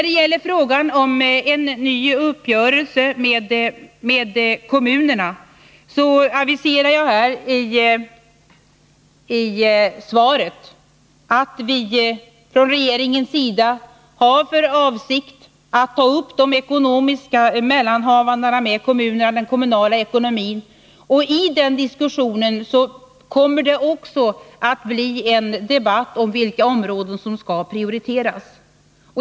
Beträffande frågan om en ny uppgörelse med kommunerna aviserar jag i svaret att regeringen har för avsikt att ta upp de ekonomiska mellanhavandena med kommunerna när det gäller den kommunala ekonomin. I den diskusionen kommer det också att bli en debatt om vilka områden som skall prioriteras.